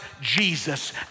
Jesus